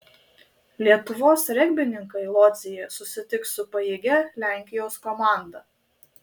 lietuvos regbininkai lodzėje susitiks su pajėgia lenkijos komanda